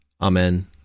Amen